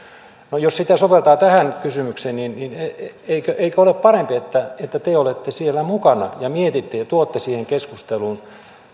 no jos sitä soveltaa tähän kysymykseen niin niin eikö ole parempi että että te olette siellä mukana ja mietitte ja tuotte siihen keskusteluun